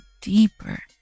deeper